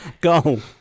Go